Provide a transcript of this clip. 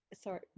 sorry